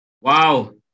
wow